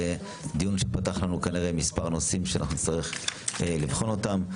זה דיון שיפתח לנו מספר נושאים שנצטרך לבחון אותם.